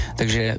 takže